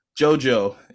JoJo